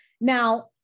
now